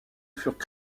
furent